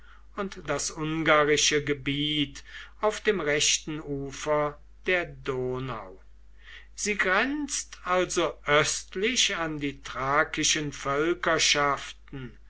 und das ungarische gebiet auf dem rechten ufer der donau sie grenzt also östlich an die thrakischen